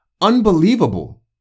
unbelievable